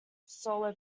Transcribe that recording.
solo